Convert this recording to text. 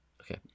Okay